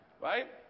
Right